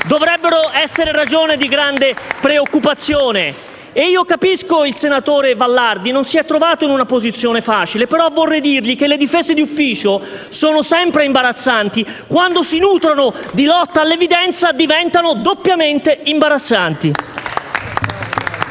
dovrebbe essere ragione di grande preoccupazione. Capisco il senatore Vallardi. Non si è trovato in una posizione facile, però vorrei dirgli che le difese d'ufficio sono sempre imbarazzanti. *(Applausi della senatrice Malpezzi).* Quando si nutrono di lotta all'evidenza diventano doppiamente imbarazzanti.